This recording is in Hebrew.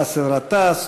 באסל גטאס,